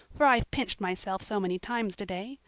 for i've pinched myself so many times today.